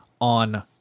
on